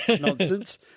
nonsense